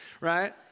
Right